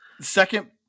Second